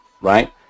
right